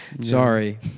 Sorry